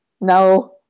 no